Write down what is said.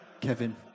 Kevin